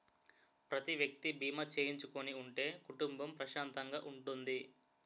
ప్రతి వ్యక్తి బీమా చేయించుకుని ఉంటే కుటుంబం ప్రశాంతంగా ఉంటుంది